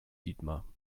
dietmar